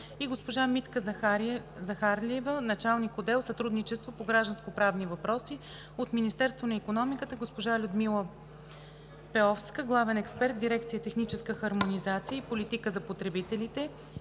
и госпожа Митка Захарлиева – началник отдел „Сътрудничество по гражданскоправни въпроси“; от Министерството на икономиката – госпожа Людмила Пеовска – главен експерт в дирекция „Техническа хармонизация и политика за потребителите“,